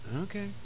Okay